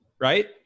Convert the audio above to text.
right